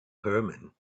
herman